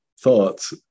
thoughts